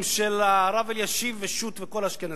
של הרב אלישיב ושות' וכל האשכנזים.